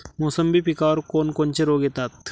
मोसंबी पिकावर कोन कोनचे रोग येतात?